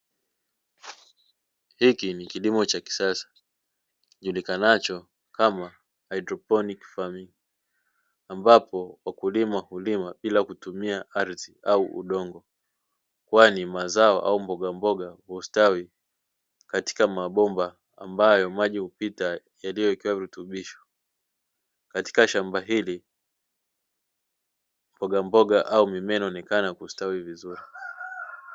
Hiki ni kilimo cha kisasa kijulikanacho kama kilimo cha "haidroponia faming" ambapo wakulima hulima bila kutumiw ardhi ua udongo, kwani mazao au mbogamboga hustawi katika mabomba ambayo maji hupita yaliyowekewa virutubisho. Katika shamba hili mbogamboga au mimea inaonekana kustawi vizuri.